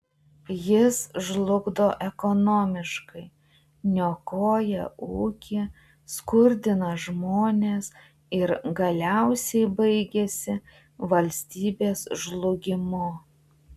jis žlugdo ekonomiškai niokoja ūkį skurdina žmones ir galiausiai baigiasi valstybės žlugimu